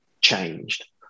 changed